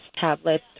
tablet